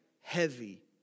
heavy